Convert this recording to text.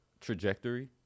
trajectory